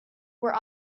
where